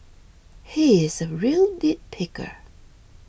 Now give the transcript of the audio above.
he is a real nitpicker